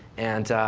and